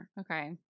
Okay